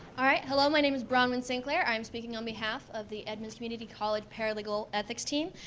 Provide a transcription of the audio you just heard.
all right, hello my name is bronwyn sinclair. i'm speaking on behalf of the edmonds community college paralegal ethics team.